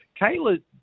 Kayla